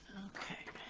okay.